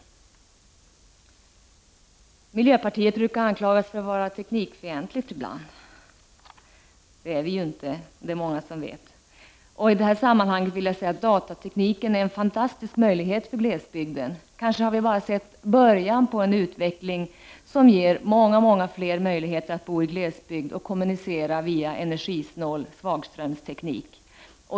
Miljöpartiet brukar ibland anklagas för att vara teknikfientligt. Det är vi inte, som många vet. I detta sammanhang vill jag säga att datatekniken är en fantastisk möjlighet för glesbygden. Kanske har vi bara sett början på en utveckling som ger många fler möjligheter att bo i glesbygd och kommunicera via energisnål svagströmsteknik.